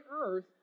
earth